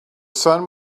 sun